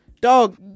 Dog